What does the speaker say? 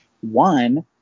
one